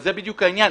זה בדיוק העניין.